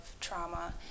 trauma